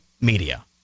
media